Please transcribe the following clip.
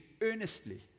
earnestly